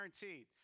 guaranteed